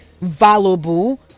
valuable